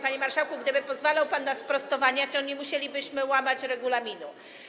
Panie marszałku, gdyby pozwalał pan na sprostowania, to nie musielibyśmy łamać regulaminu.